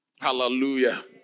Hallelujah